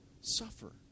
suffer